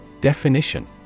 Definition